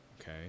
okay